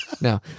No